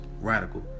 radical